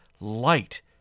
light